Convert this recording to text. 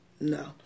no